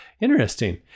interesting